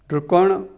डुकणु